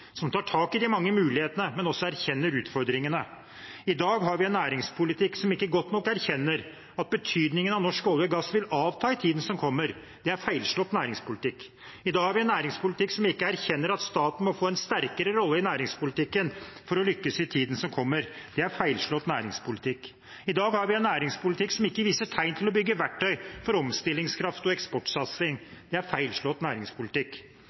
som tar tak i de mange mulighetene, men også erkjenner utfordringene. I dag har vi en næringspolitikk som ikke godt nok erkjenner at betydningen av norsk olje og gass vil avta i tiden som kommer. Det er feilslått næringspolitikk. I dag har vi en næringspolitikk som ikke erkjenner at staten må få en sterkere rolle i næringspolitikken for å lykkes i tiden som kommer. Det er feilslått næringspolitikk. I dag har vi en næringspolitikk som ikke viser tegn til å bygge verktøy for omstillingskraft og eksportsatsing. Det er feilslått næringspolitikk.